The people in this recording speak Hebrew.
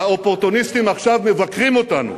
האופורטוניסטים עכשיו מבקרים אותנו,